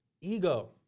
Ego